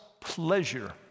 pleasure